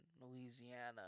Louisiana